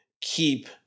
keep